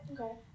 Okay